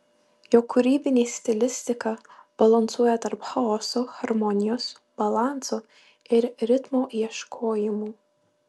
jo kūrybinė stilistika balansuoja tarp chaoso harmonijos balanso ir ritmo ieškojimų